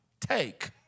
take